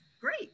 great